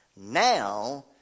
Now